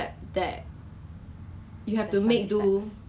actually what started my baking interest is